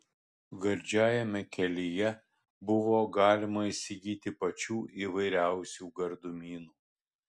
gardžiajame kelyje buvo galima įsigyti pačių įvairiausių gardumynų